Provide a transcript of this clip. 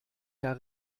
herr